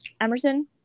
emerson